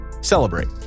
celebrate